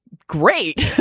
great.